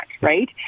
right